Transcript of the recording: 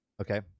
okay